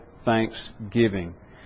Thanksgiving